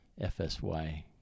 FSY